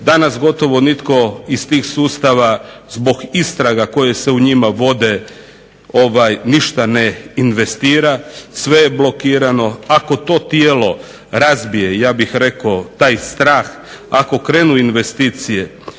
Danas gotovo nitko iz tih sustava zbog istraga koje se u njima vode ništa ne investira. Sve je blokirano. Ako to tijelo razbije, ja bih rekao taj strah, ako krenu investicije